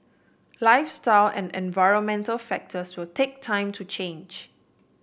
lifestyle and environmental factors will take time to change